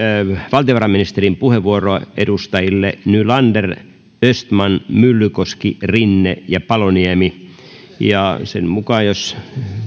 valtiovarainministerin puheenvuoroa edustajille nylander östman myllykoski rinne ja paloniemi ja sen mukaan jos